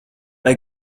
vai